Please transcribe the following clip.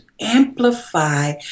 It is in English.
amplify